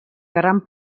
gran